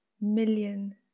million